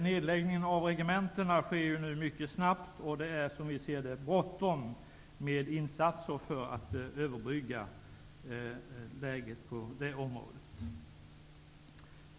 Nedläggningen av regementen sker mycket snabbt, och vi anser att det är bråttom med insatser för att överbrygga läget på det området.